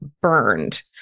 burned